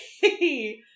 hey